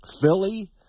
Philly